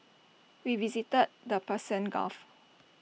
we visited the Persian gulf